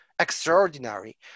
extraordinary